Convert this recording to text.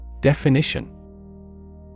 Definition